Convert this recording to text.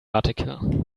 article